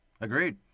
Agreed